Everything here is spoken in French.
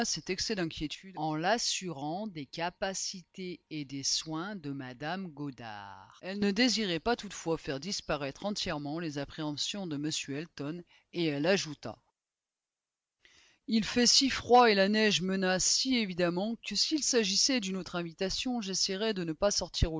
cet excès d'inquiétude en l'assurant des capacités et des soins de mme goddard elle ne désirait pas toutefois faire disparaître entièrement les appréhensions de m elton et elle ajouta il fait si froid et la neige menace si évidemment que s'il s'agissait d'une autre invitation j'essayerais de ne pas sortir